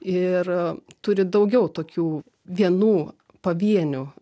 ir turi daugiau tokių vienų pavienių